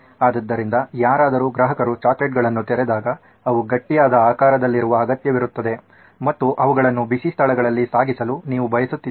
ಆದ್ದರಿಂದ ಯಾರಾದರೂ ಗ್ರಾಹಕರು ಚಾಕೊಲೇಟ್ಗಳನ್ನು ತೆರೆದಾಗ ಅವು ಗಟ್ಟಿಯಾದ ಆಕಾರದಲ್ಲಿರುವ ಅಗತ್ಯವಿರುತ್ತದೆ ಮತ್ತು ಅವುಗಳನ್ನು ಬಿಸಿ ಸ್ಥಳಗಳಲ್ಲಿ ಸಾಗಿಸಲು ನೀವು ಬಯಸುತ್ತಿದ್ದಿರಿ